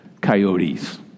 coyotes